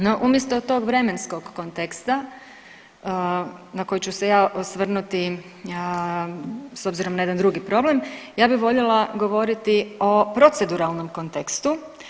No umjesto tog vremenskog konteksta na koji ću se ja osvrnuti s obzirom na jedan drugi problem ja bi voljela govoriti o proceduralnom kontekstu.